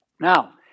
Now